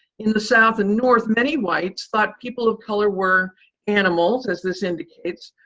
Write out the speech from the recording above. in the south and north, many whites thought people of color were animals, as this indicates,